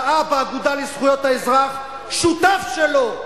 ראה באגודה לזכויות האזרח שותף שלו,